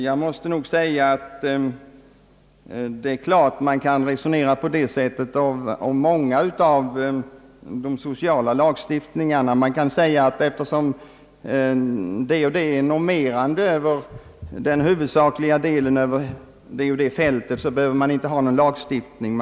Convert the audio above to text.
Jag måste nog säga att det är klart att man kan resonera på det sättet om många av de sociala lagstiftningarna. Det kan sägas att man, eftersom det och det är normerande för den huvudsakliga delen på det och det fältet, inte behöver ha någon lagstiftning.